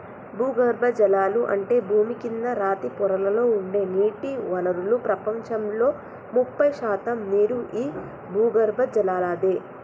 భూగర్బజలాలు అంటే భూమి కింద రాతి పొరలలో ఉండే నీటి వనరులు ప్రపంచంలో ముప్పై శాతం నీరు ఈ భూగర్బజలలాదే